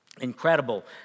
Incredible